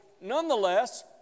nonetheless